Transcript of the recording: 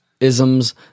isms